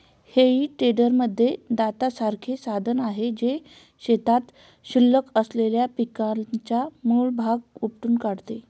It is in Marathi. हेई टेडरमध्ये दातासारखे साधन आहे, जे शेतात शिल्लक असलेल्या पिकाचा मूळ भाग उपटून टाकते